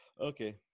okay